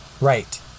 Right